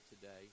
today